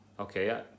okay